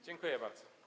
Dziękuję bardzo.